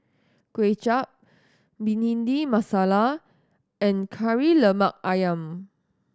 Kway Chap Bhindi Masala and Kari Lemak Ayam